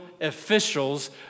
officials